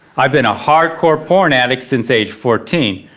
i've been a hardcore porn addict since age fourteen.